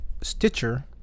Stitcher